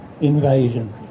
invasion